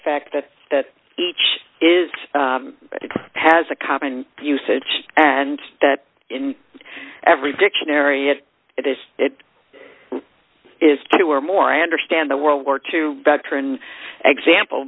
fact that each is has a common usage and that in every dictionary it is it is two or more i understand the world war two veteran example